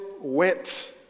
Went